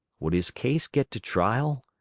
would his case get to trial?